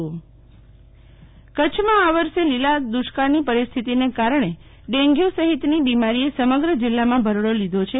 શીતલ વૈશ્નવ કરછમાં આ વર્ષ લીલા દુષ્કાળની પરીસ્થિતિને કારણે ડેન્ગ્યું સહીતની બીમારીએ સમગ્ર જીલ્લામાં ભરડો લીધો છે